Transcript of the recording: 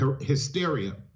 hysteria